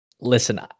listen